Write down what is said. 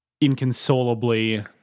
inconsolably